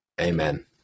Amen